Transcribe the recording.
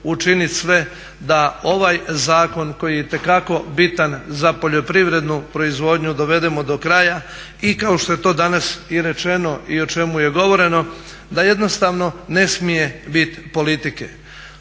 učinit sve da ovaj zakon koji je itekako bitan za poljoprivrednu proizvodnju dovedemo do kraja i kao što je to danas i rečeno i o čemu je govoreno da jednostavno ne smije biti politike.